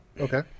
Okay